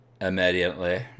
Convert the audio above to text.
immediately